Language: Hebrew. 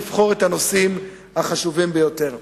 לבחור את הנושאים החשובים ביותר.